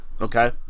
Okay